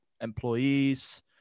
employees